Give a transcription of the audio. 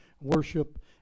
worship